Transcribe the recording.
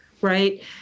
right